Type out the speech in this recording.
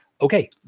Okay